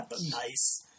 Nice